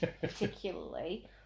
particularly